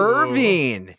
Irving